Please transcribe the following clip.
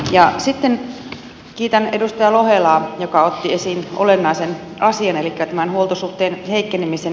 sitten kiitän edustaja lohelaa joka otti esiin olennaisen asian elikkä tämän huoltosuhteen heikkenemisen